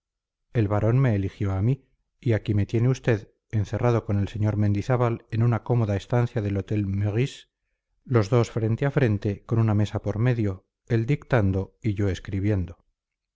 el barón me eligió a mí y aquí me tiene usted encerrado con el sr mendizábal en una cómoda estancia del hotel meurice los dos frente a frente con una mesa por medio él dictando y yo escribiendo